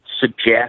suggest